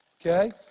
okay